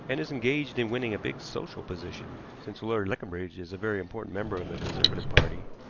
and is engaged in winning a big social position. since lord leconbridge is a very important member of the conservative party,